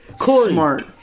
smart